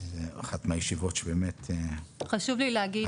זו אחת מהישיבות שהמילים לא יוצאות -- חשוב לי להגיד